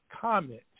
comment